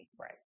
Right